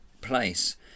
place